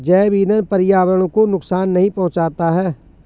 जैव ईंधन पर्यावरण को नुकसान नहीं पहुंचाता है